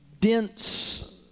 dense